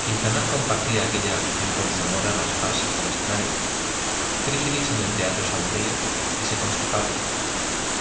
quintanar compartía aquella afición con su amor a las farsas del escenario frígilis en el teatro se aburría y se constipaba